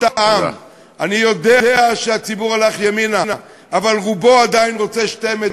אתה מגלה את הסוף, טוב מאוד, אדוני היושב-ראש.